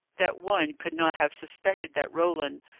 that one could not have suspected that roland,